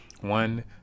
one